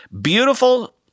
Beautiful